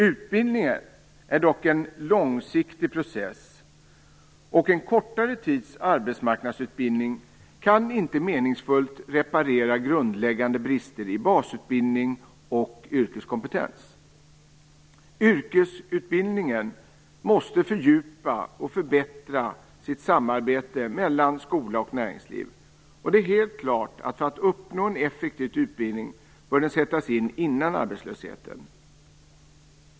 Utbildning är dock en långsiktig process, och en kortare tids arbetsmarknadsutbildning kan inte meningsfullt reparera grundläggande brister i basutbildning och yrkeskompetens. Yrkesutbildningen måste fördjupa och förbättra samarbetet mellan skola och näringsliv. Det är helt klart att en effektiv utbildning bör sättas in innan människor hamnar i arbetslöshet.